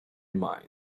mind